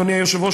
אדוני היושב-ראש,